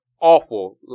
awful